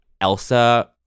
Elsa